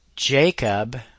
Jacob